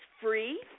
free